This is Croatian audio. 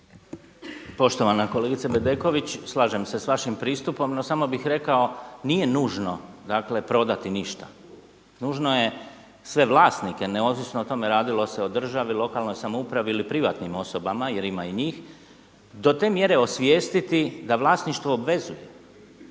Poštovana kolegice Bedeković, slažem se s vašim pristupom no samo bih rekao nije nužno dakle prodati ništa. Nužno je sve vlasnike neovisno o tome radilo se o državi, lokalnoj samoupravi ili privatnim osobama jer ima i njih do te mjere osvijestiti da vlasništvo obvezuje